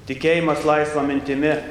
tikėjimas laisva mintimi